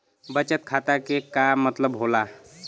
बचत खाता के का मतलब होला?